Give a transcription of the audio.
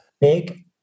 Big